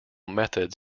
methods